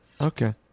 okay